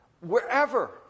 wherever